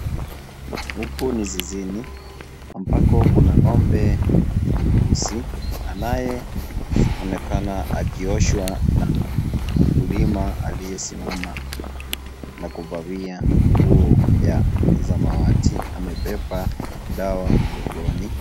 Huku ni zizini ambako kuna ng'ombe mweusi anayeonekana akioshwa na mkulima aliyesimama na kuvalia nguo ya samawati amebeba dawa mgongoni.